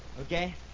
Okay